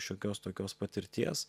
šiokios tokios patirties